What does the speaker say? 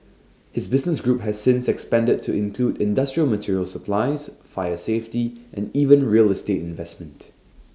his business group has since expanded to include industrial material supplies fire safety and even real estate investment